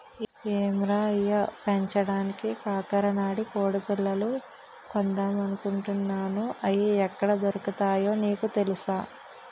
ఏం రయ్యా పెంచడానికి కరకనాడి కొడిపిల్లలు కొందామనుకుంటున్నాను, అయి ఎక్కడ దొరుకుతాయో నీకు తెలుసా?